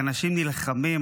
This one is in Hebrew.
אנשים נלחמים,